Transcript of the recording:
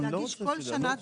בכל שנה,